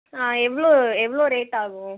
எவ்வளோ எவ்வளோ ரேட் ஆகும்